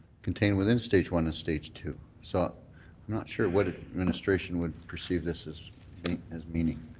contained within stage one and stage two. so i'm not sure what administration would perceive this as as meaning.